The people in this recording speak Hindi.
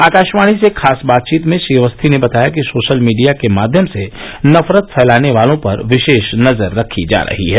आकाशवाणी से खास बातचीत में श्री अवस्थी ने बताया कि सोशल मीडिया के माध्यम से नफरत फैलाने वालों पर विशेष नज़र रखी जा रही है